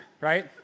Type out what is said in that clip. right